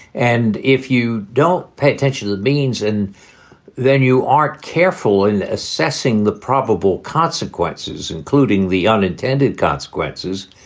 and if you don't pay attention to the means and then you aren't careful in assessing the probable consequences, including the unintended consequences,